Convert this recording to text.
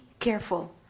careful